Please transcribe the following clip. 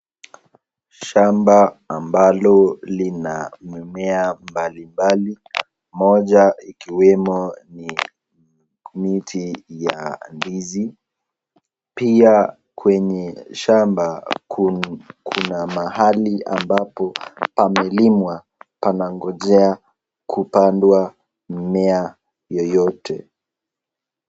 Shamba ambalo lina mimea mbalimbali, moja ikiwemo ni miti ya ndizi, pia kwenye shamba kuna mahali ambapo pamelimwa panangojea kupandwa mimea yeyote.